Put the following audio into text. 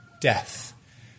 death